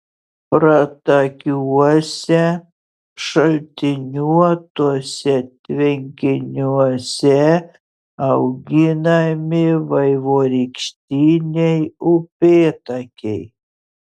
pratakiuose šaltiniuotuose tvenkiniuose auginami vaivorykštiniai upėtakiai